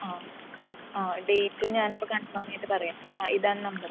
ആ ആ ഡേറ്റ് ഞാൻ അപ്പം കൺഫേം ചെയ്ത് പറയാം ആ ഇതാണ് നമ്പറ്